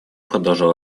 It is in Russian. продолжал